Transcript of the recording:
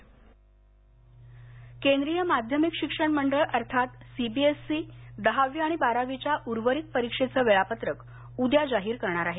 CBSE केंद्रीय माध्यमिक शिक्षण मंडळ अर्थात सीबीएसई दहावी आणि बारावीच्या उर्वरित परीक्षेचं वेळापत्रक उद्या जाहीर करणार आहे